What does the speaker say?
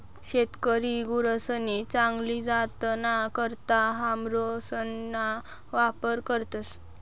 शेतकरी गुरसनी चांगली जातना करता हार्मोन्सना वापर करतस